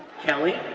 kelly